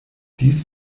dies